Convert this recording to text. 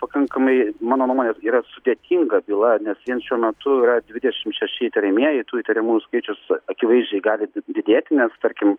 pakankamai mano nuomone yra sudėtinga byla nes vien šiuo metu yra dvidešimt šeši įtariamieji tų įtariamųjų skaičius akivaizdžiai gali didėti nes tarkim